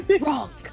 wrong